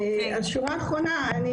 בשורה האחרונה,